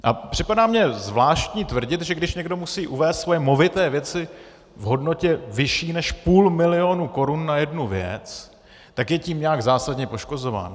A připadá mi zvláštní tvrdit, že když někdo musí uvést svoje movité věci v hodnotě vyšší než půl milionu korun na jednu věc, tak je tím nějak zásadně poškozován.